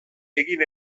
egin